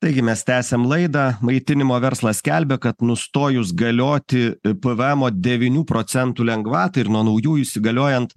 taigi mes tęsiam laidą maitinimo verslas skelbia kad nustojus galioti pvmo devynių procentų lengvatai ir nuo naujųjų įsigaliojant